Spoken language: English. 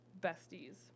besties